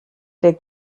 der